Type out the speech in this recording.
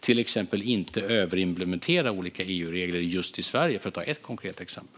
Bland annat ska vi inte överimplementera olika EU-regler just i Sverige, för att ta ett konkret exempel.